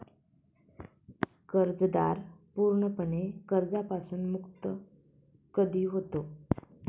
कर्जदार पूर्णपणे कर्जापासून मुक्त कधी होतो?